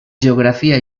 geografia